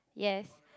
yes